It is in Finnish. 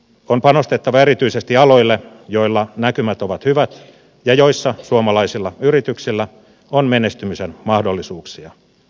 on panostettava erityisesti aloille joilla näkymät ovat hyvät ja joilla suomalaisilla yrityksillä on menestymisen mahdollisuuksia